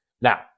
Now